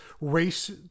race